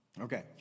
Okay